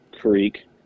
creek